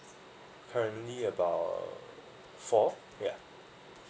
currently only about four yeah